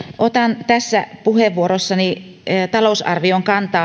otan tässä puheenvuorossani kantaa talousarvioon